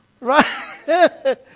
Right